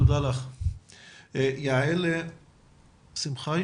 יעל שמחאי